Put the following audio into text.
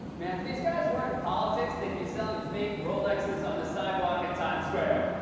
man, if these guys weren't in politics, they'd be selling fake rolexes on the sidewalk in times square.